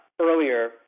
earlier